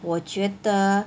我觉得